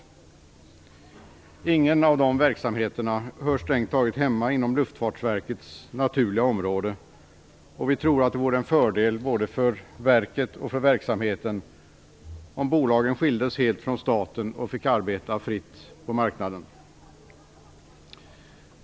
Strängt taget hör ingen av dessa verksamheter hemma inom Luftfartsverkets naturliga affärsområde, och vi tror det vore till fördel både för verket och för verksamheterna om bolagen skildes helt från staten och fick arbeta fritt på marknaden.